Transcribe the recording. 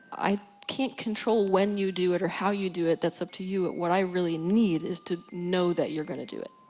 i can't control when you do it, or how you do it, that's up to you. what i really need is to know that you're gonna do it.